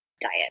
diet